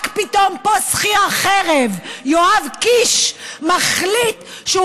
רק פתאום פה שכיר החרב יואב קיש מחליט שהוא